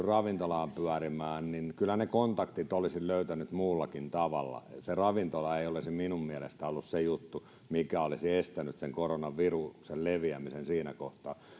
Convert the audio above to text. ravintolaan pyörimään niin kyllä ne kontaktit olisin löytänyt muullakin tavalla se ravintola ei olisi minun mielestäni ollut se juttu mikä olisi estänyt sen koronaviruksen leviämisen siinä kohtaa